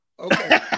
Okay